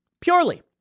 purely